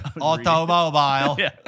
automobile